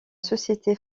société